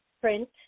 print